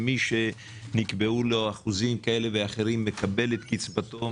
מי שנקבעו לו אחוזי נכות כאלה ואחרים מקבל את קצבתו,